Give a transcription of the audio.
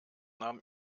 nahm